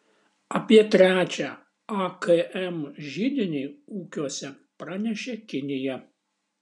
apie trečią akm židinį ūkiuose pranešė kinija